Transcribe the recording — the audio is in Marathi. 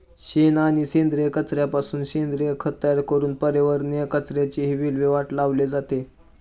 शेण आणि सेंद्रिय कचऱ्यापासून सेंद्रिय खत तयार करून पर्यावरणीय कचऱ्याचीही विल्हेवाट लावली जाते